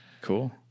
Cool